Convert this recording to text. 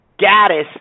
Gaddis